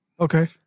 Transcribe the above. Okay